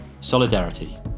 solidarity